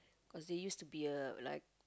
because they used to be a like